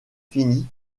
fini